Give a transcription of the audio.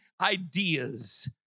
ideas